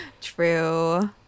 true